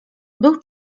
był